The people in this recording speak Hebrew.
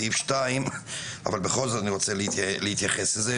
את סעיף 2. אני בכל זאת רוצה להתייחס לזה,